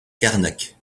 carnac